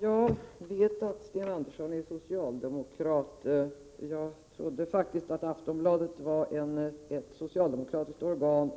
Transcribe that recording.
Herr talman! Jag vet att Sten Andersson är socialdemokrat. Jag trodde faktiskt att också Aftonbladet var ett socialdemokratiskt organ.